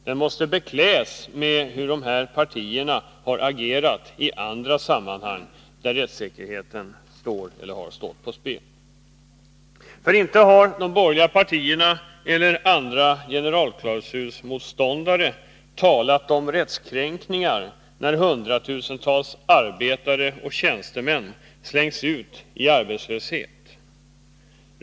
Den måste kompletteras med hur de här partierna har agerat i andra sammanhang där rättssäkerheten står eller har stått på spel. För inte har de borgerliga partierna eller andra generalklausulsmotståndare talat om rättskränkningar när hundratusentals arbetare och tjänstemän slängs ut i arbetslöshet.